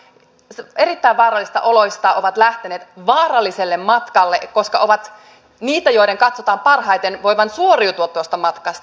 erittäin vaarallisista oloista ovat lähteneet vaaralliselle matkalle koska he ovat niitä joiden katsotaan parhaiten voivan suoriutua tuosta matkasta